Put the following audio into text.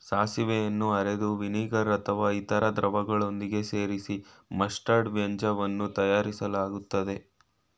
ಸಾಸಿವೆಯನ್ನು ಅರೆದು ವಿನಿಗರ್ ಅಥವಾ ಇತರ ದ್ರವಗಳೊಂದಿಗೆ ಸೇರಿಸಿ ಮಸ್ಟರ್ಡ್ ವ್ಯಂಜನವನ್ನು ತಯಾರಿಸಲಾಗ್ತದೆ